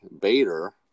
Bader